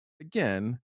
again